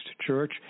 Church